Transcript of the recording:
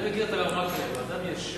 אני מכיר את הרב מקלב, הוא אדם ישר.